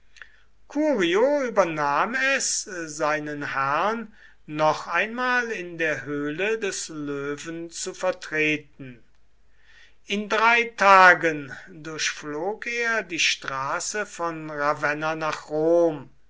übernahm es seinen herrn noch einmal in der höhle des löwen zu vertreten in drei tagen durchflog er die straße von ravenna nach rom